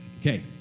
Okay